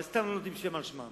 הרי סתם לא נותנים רחוב על שמם.